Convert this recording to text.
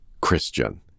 Christian